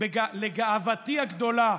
לגאוותי הגדולה,